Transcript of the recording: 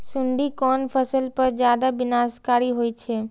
सुंडी कोन फसल पर ज्यादा विनाशकारी होई छै?